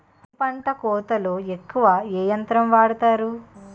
వరి పంట కోతలొ ఎక్కువ ఏ యంత్రం వాడతారు?